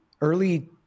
early